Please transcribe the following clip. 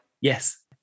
yes